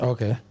Okay